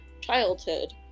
childhood